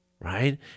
Right